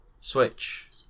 Switch